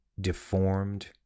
deformed